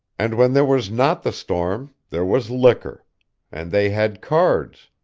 and when there was not the storm, there was liquor and they had cards.